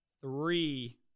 three